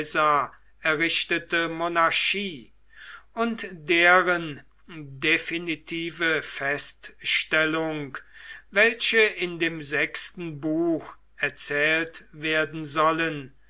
errichtete monarchie und deren definitive feststellung welche in dem sechsten buch erzählt werden sollen